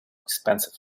expensive